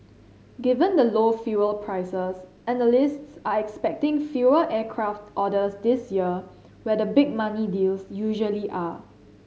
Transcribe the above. given the low fuel prices analysts are expecting fewer aircraft orders this year where the big money deals usually are